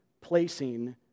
placing